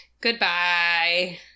Goodbye